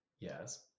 Yes